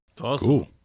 Awesome